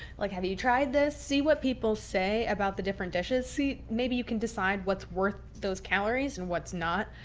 like have you you tried this? see what people say about the different dishes. see maybe you can decide what's worth those calories and what's not.